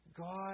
God